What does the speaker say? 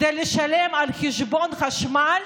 כדי לשלם חשבון חשמל,